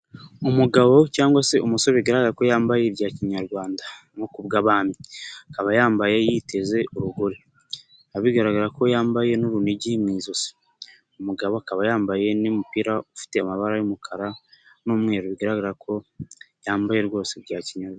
Umugabo cyangwa se umusore bigaragara ko yambaye ibya kinyarwanda nko kubw'abami, akaba yambaye yiteze urugori, bikaba bigaragara ko yambaye n'urunigi mu ijosi, umugabo akaba yambaye n'umupira ufite amabara y'umukara n'umweru, bigaragara ko yambaye rwose bya kinyanyarwanda.